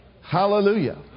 Hallelujah